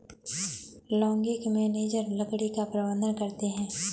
logging manager लकड़ी का प्रबंधन करते है